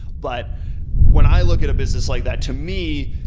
but when i look at a business like that, to me,